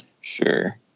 Sure